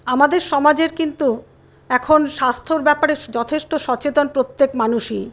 আমাদের সমাজের কিন্তু এখন স্বাস্থ্যর ব্যাপারে যথেষ্ট সচেতন প্রত্যেক মানুষই